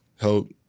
help –